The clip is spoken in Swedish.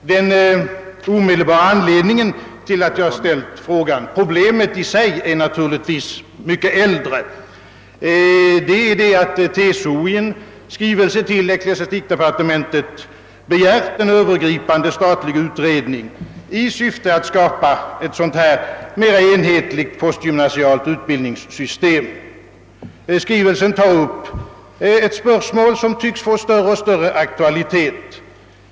Den omedelbara anledningen till att jag ställt frågan — problemet i sig är naturligtvis mycket äldre är att TCO i en skrivelse till ecklesiastikdepartementet begärt en övergripande statlig utredning i syfte att skapa ett mer enhetligt postgymnasialt utbildningssystem. Skrivelsen tar upp ett spörsmål som tycks få större och större aktualitet.